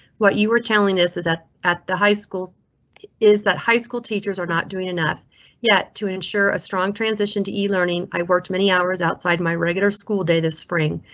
what you were telling us is that at the high school is that high school teachers are not doing enough yet to ensure a strong transition to e learning. i worked many hours outside my regular school day this spring,